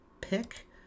pick